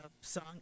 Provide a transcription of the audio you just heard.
song